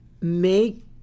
Make